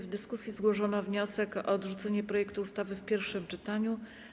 W dyskusji złożono wniosek o odrzucenie projektu ustawy w pierwszym czytaniu.